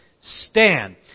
stand